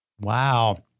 Wow